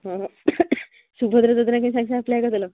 ହଁ ସୁଭଦ୍ରା ଯୋଜନା ପାଇଁ ସାଙ୍ଗ ସାଙ୍ଗେ ଆପ୍ଲାଏ କରିଦେଲ